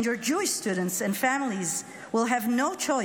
And your Jewish students and families will have no choice